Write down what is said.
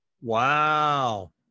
Wow